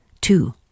Two